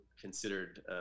considered